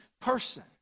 person